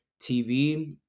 tv